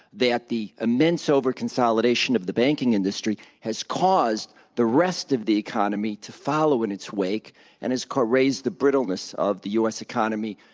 that the immense over-consolidation of the banking industry has caused the rest of the economy to follow in its wake and it's raised the brittleness of the u. s. economy,